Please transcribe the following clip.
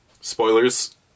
spoilers